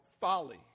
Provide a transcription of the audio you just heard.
folly